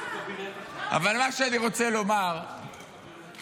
אבל מה שאני רוצה לומר באמת,